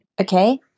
Okay